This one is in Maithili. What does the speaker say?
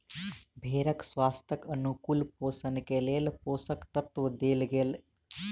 भेड़क स्वास्थ्यक अनुकूल पोषण के लेल पोषक तत्व देल गेल